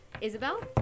Isabel